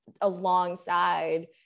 alongside